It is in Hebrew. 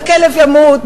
הכלב ימות,